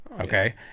okay